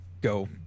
go